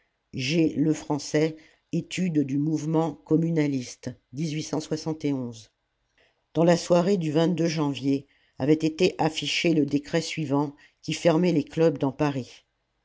dans la soirée du janvier avait été affiché le décret suivant qui fermait les clubs dans paris